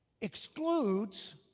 excludes